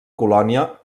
colònia